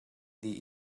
dih